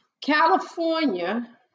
California